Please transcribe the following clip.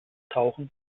tauchen